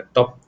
Top